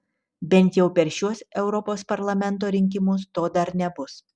bent jau per šiuos europos parlamento rinkimus to dar nebus